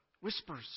Whispers